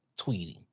tweeting